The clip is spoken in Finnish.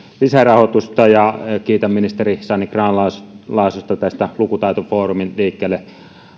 lisärahoitusta ja kiitän ministeri sanni grahn laasosta lukutaitofoorumin liikkeelle